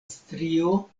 strio